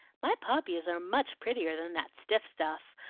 my poppies are much prettier than that stiff stuff.